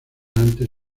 antes